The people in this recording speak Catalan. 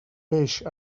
peix